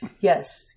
Yes